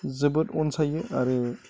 जोबोद अनसायो आरो